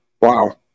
Wow